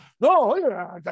No